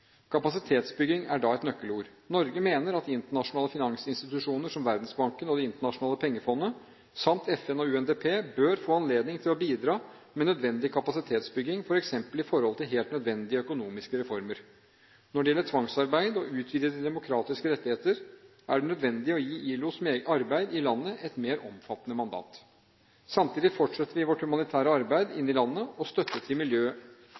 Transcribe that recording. Kapasitetsbygging er da et nøkkelord. Norge mener at internasjonale finansinstitusjoner som Verdensbanken og Det internasjonale pengefondet samt FN og UNDP bør få anledning til å bidra med nødvendig kapasitetsbygging, f.eks. med tanke på helt nødvendige økonomiske reformer. Når det gjelder tvangsarbeid og utvidede demokratiske rettigheter, er det nødvendig å gi ILOs arbeid i landet et mer omfattende mandat. Samtidig fortsetter vi vårt humanitære arbeid inne i landet og støtte til